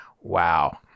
wow